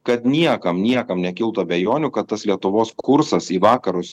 kad niekam niekam nekiltų abejonių kad tas lietuvos kursas į vakarus